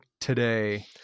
today